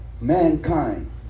mankind